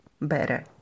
better